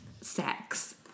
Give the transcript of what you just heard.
sex